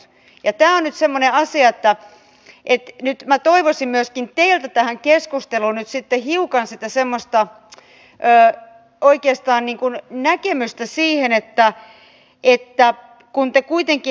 tämä on nyt semmoinen asia että minä toivoisin myöskin teiltä tähän keskusteluun hiukan sitä semmoista oikeastaan näkemystä siihen että kun te kuitenkin haluatte